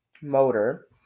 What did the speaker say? motor